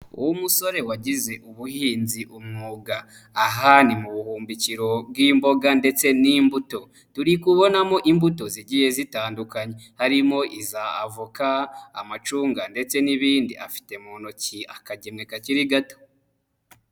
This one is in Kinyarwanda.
Umusore wagize ubuhinzi umwuga, aha ni mu buhumbikiro bw'imboga ndetse n'imbuto, turi kubonamo imbuto zigiye zitandukanye, harimo iza avoka, amacunga ndetse n'ibindi. Afite mu ntoki akagemwe kakiri gato.